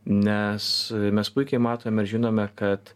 nes mes puikiai matom ir žinome kad